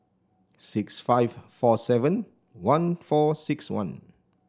six five four seven one four six one